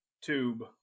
tube